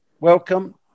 welcome